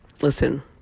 Listen